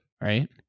Right